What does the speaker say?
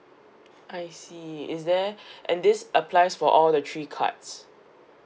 I see is there and this applies for all the three cards